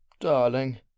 darling